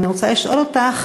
אני רוצה לשאול אותך